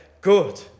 good